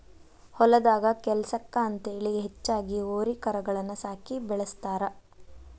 ಹೊಲದಾಗ ಕೆಲ್ಸಕ್ಕ ಅಂತೇಳಿ ಹೆಚ್ಚಾಗಿ ಹೋರಿ ಕರಗಳನ್ನ ಸಾಕಿ ಬೆಳಸ್ತಾರ